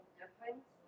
difference